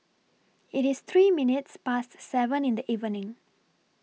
IT IS three minutes Past seven in The evening